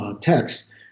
text